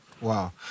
wow